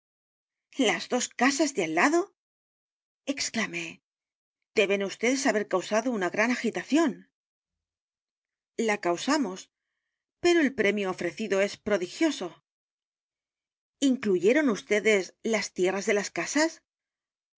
las dos casas de al lado exclamé deben vds haber causado una gran agitación la causamos pero el premio ofrecido es prodigioso incluyeron vds las tierras de las casas